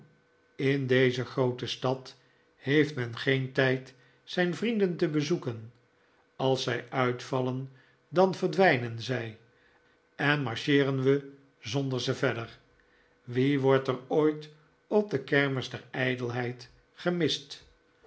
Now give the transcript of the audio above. in deze groote stad heeft men geen tijd zijn vrienden te zoeken als zij uitvallen dan verdwijnen zij en marcheeren wij zonder ze verder wie wordt er ooit op de kermis der ijdelheid gemist